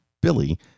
Billy